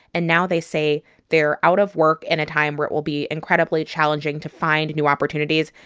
and now they say they're out of work in a time where it will be incredibly challenging to find new opportunities.